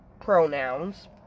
pronouns